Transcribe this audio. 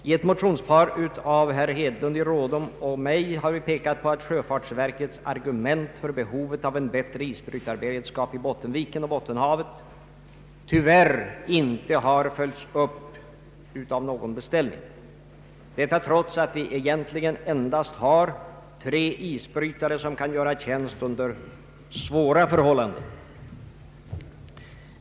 I ett motionspar av herr Hedlund i Rådom och mig m.fl. har vi pekat på att sjöfartsverkets argument för behovet av en bättre isbrytarberedskap i Bottenviken och Bottenhavet tyvärr inte har följts upp av någon beställning, trots att vi egentligen endast har tre isbrytare som kan göra tjänst under svåra förhållanden.